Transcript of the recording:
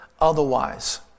otherwise